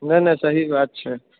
नहि नहि सही बात छै